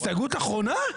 הסתייגות אחרונה?